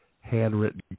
handwritten